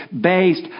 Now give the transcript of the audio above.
based